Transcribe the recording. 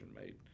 made